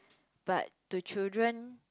but to children